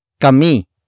Kami